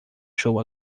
show